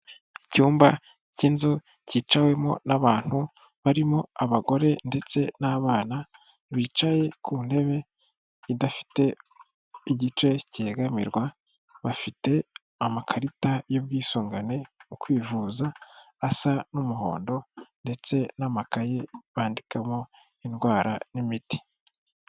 Icyumba cy'inzu cyicawemo n'abantu barimo abagore ndetse n'abana bicaye ku ntebe idafite igice cyegamirwa bafite amakarita y'ubwisungane mu kwivuza asa n'umuhondo ndetse n'amakaye bandikamo indwara n'imiti.